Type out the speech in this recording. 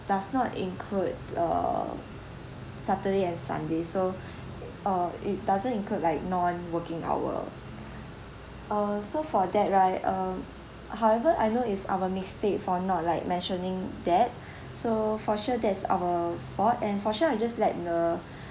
does not include uh saturday and sunday so uh it doesn't include like non-working hour uh so for that right uh however I know is our mistake for not like mentioning that so for sure that's our fault and for sure I just let the